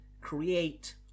create